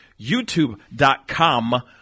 youtube.com